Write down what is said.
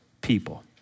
people